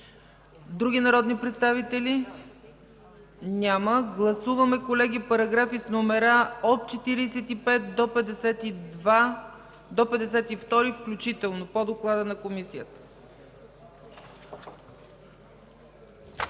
Други народни представители? Няма. Гласуваме, колеги, параграфи с номера от 45 до 52 включително по доклада на Комисията.